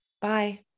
Bye